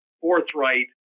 forthright